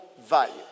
value